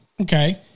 Okay